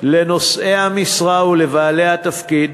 לנושאי המשרה ולבעלי התפקיד